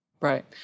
Right